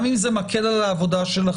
גם אם זה מקל על העבודה שלכם,